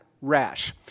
rash